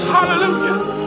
Hallelujah